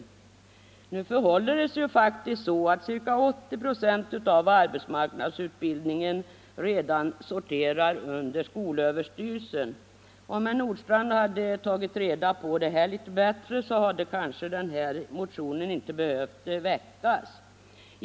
Men nu förhåller det sig faktiskt så att ca 80 96 av arbetsmarknadsutbildningen redan sorterar under skolöverstyrelsen. Om herr Nordstrandh hade tagit reda på detta, så hade det knappast behövt väckas någon motion.